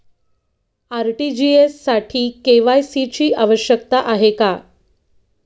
RTGS साठी KYC ची आवश्यकता आहे का?